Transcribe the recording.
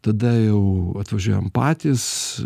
tada jau atvažiuojam patys